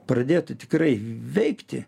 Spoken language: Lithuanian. pradėtų tikrai veikti